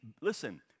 listen